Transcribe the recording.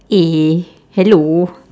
eh hello